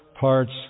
parts